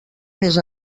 més